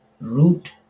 root